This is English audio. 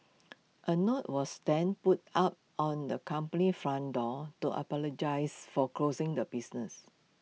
A note was then put up on the company's front door to apologise for closing the business